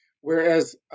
whereas